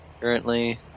currently